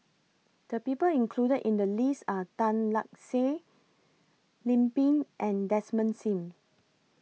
The People included in The list Are Tan Lark Sye Lim Pin and Desmond SIM